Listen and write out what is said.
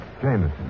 Jameson